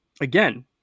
again